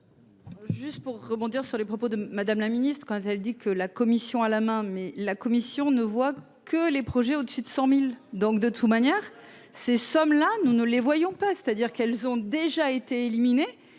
Juste pour rebondir sur les propos de Madame la Ministre quand elle dit que la commission à la main, mais la commission ne voit que les projets au-dessus de 100 mille donc, de toute manière, ces sommes-là, nous ne les voyons pas, c'est-à-dire qu'elles ont déjà été éliminés,